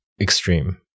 extreme